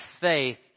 faith